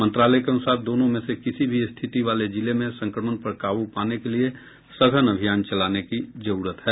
मंत्रालय के अनुसार दोनों में से किसी भी स्थिति वाले जिले में संक्रमण पर काब्र पाने के लिए सघन अभियान चलाने की जरूरत है